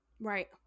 right